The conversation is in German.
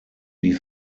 die